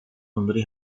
memberi